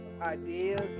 ideas